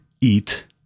eat